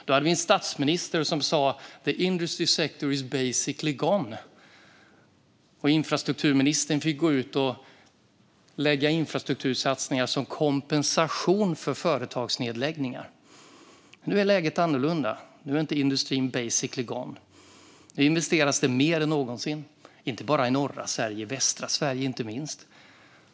Då hade vi en statsminister som sa att the industry sector is basically gone och en infrastrukturminister som fick gå ut och göra infrastruktursatsningar som kompensation för företagsnedläggningar. Nu är läget annorlunda. Nu är industrin inte basically gone. Nu investeras det mer än någonsin, inte bara i norra Sverige utan också i västra Sverige.